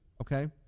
Okay